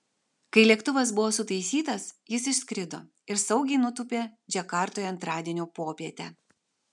kai lėktuvas buvo sutaisytas jis išskrido ir saugiai nutūpė džakartoje antradienio popietę